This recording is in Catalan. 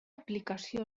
aplicació